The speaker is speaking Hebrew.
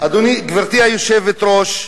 גברתי היושבת-ראש,